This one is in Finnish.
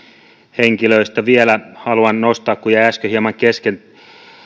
henkilöistä vielä haluan nostaa esiin kun jäi äsken hieman kesken